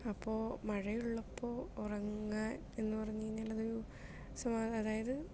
അപ്പോൾ മഴയുള്ളപ്പോൾ ഉറങ്ങാൻ എന്ന് പറഞ്ഞു കഴിഞ്ഞാലത് സമാധാനായൊരു അതായത്